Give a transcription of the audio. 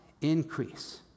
increase